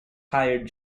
hired